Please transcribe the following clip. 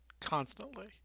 constantly